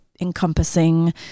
encompassing